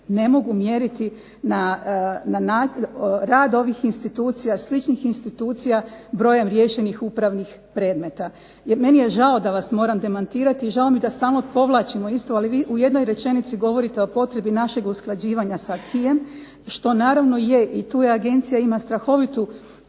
ne mogu mjeriti na, rad ovih institucija, sličnih institucija brojem riješenih upravnih predmeta. Jer meni je žao da vas moram demantirati i žao mi je da stalno povlačimo isto, ali vi u jednoj rečenici govorite o potrebi našeg usklađivanja s acquisem, što naravno je i tu agencija ima strahovitu obvezu